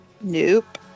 Nope